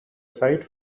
site